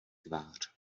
tvář